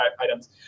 items